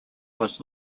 was